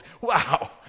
wow